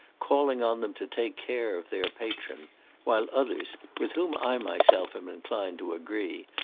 calling on them to take care of their patron while others, with whom i myself am inclined to agree,